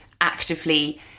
actively